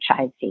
franchisee